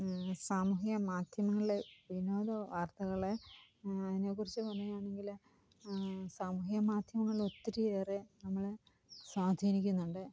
സാമൂഹ്യമാധ്യമങ്ങൾ വിനോദവാർത്തകളെ അതിനെക്കുറിച്ച് പറയുകയാണെങ്കിൽ സാമൂഹ്യ മാധ്യമങ്ങളൊത്തിരിയേറെ നമ്മളെ സ്വാധീനിക്കുന്നുണ്ട്